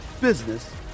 business